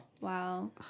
wow